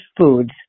foods